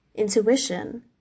Intuition